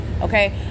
okay